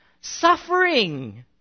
suffering